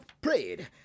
prayed